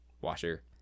washer